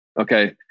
Okay